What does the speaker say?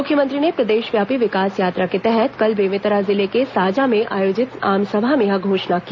मुख्यमंत्री ने प्रदेशव्यापी विकास यात्रा के तहत कल बेमेतरा जिले के साजा में आयोजित आमसभा में यह घोषणा की